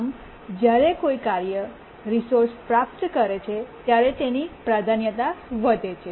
આમ જ્યારે કોઈ કાર્ય કોઈ રિસોર્સ પ્રાપ્ત કરે છે ત્યારે તેની પ્રાધાન્યતા વધે છે